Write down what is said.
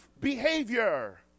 behavior